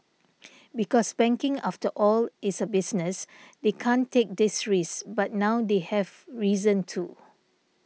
because banking after all is a business they can't take these risks but now they have reason to